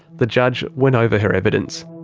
the judge went over her evidence.